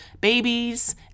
babies